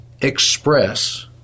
express